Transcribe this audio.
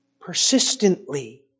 persistently